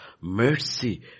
mercy